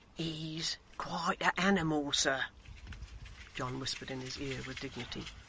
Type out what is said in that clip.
he's quite a animal, sir john whispered in his ear with dignity.